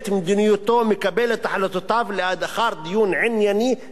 מקבל את החלטותיו לאחר דיון ענייני ומקצועי".